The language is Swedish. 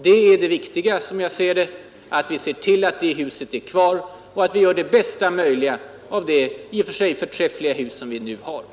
Det viktigaste, som jag ser det, är att vi ser till att det gamla huset blir kvar och att vi gör det bästa möjliga av det förträffliga hus som vi har i dag.